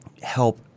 help